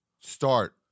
Start